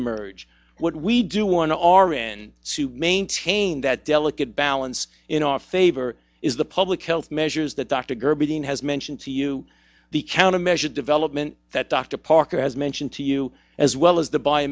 emerge what we do want to r n to maintain that delicate balance in our favor is the public health measures that dr gerberding has mentioned to you the countermeasure development that dr parker has mentioned to you as well as the b